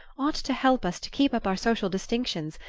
ought to help us to keep up our social distinctions,